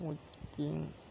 okay